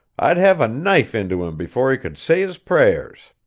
i'd have a knife into him before he could say his prayers.